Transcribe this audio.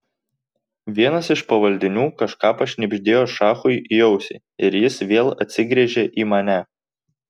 vienas iš pavaldinių kažką pašnibždėjo šachui į ausį ir jis vėl atsigręžė į mane